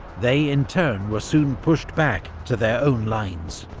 they, in turn, were soon pushed back to their own lines.